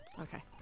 Okay